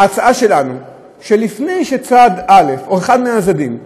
ההצעה שלנו היא שלפני שצד א' או אחד מן הצדדים,